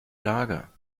lager